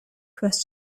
question